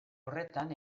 horretan